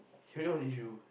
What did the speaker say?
you know what they do